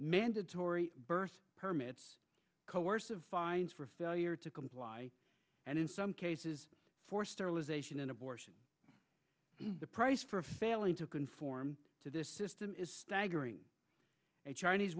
mandatory birth permits coercive fines for failure to comply and in some cases forced sterilization and abortion the price for failing to conform to this system is staggering a chinese